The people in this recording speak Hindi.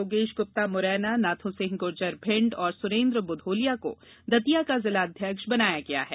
योगेश गुप्ता मुरैना नाथ्यसिंह गुर्जर भिंड और सुरेन्द्र बुधोलिया को दतिया का जिलाध्यक्ष बनाया गया है